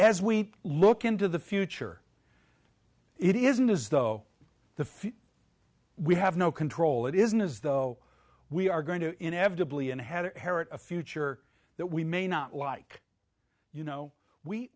as we look into the future it isn't as though the future we have no control it isn't as though we are going to inevitably and ahead of a future that we may not like you know we